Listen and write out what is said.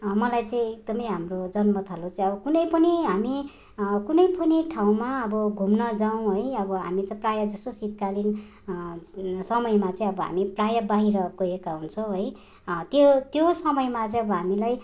मलाई चाहिँ एकदमै हाम्रो जन्मथलो चाहिँ अब कुनै पनि हामी कुनै पनि ठाउँमा अब घुम्न जाऊँ है अब हामी चाहिँ प्रायः जस्तो शीतकालीन समयमा चाहिँ अब हामी प्रायः बाहिर गएका हुन्छौँ है त्यो त्यो समयमा चाहिँ अब हामीलाई